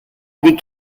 des